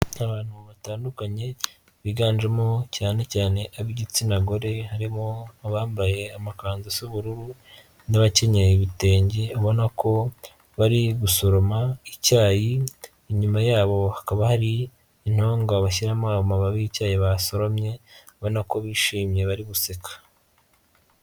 Abantu batandukanye, biganjemo cyane cyane aba igitsina gore harimo abambaye amakanzu asa ubururu, n'abakenyeye ibitenge, ubona ko, bari gusoroma, icyayi, inyuma yabo, hakaba hari, intondwa bashyiramo ayo mababi y'icyayi basoromye, ubona ko bishimye bari guseka.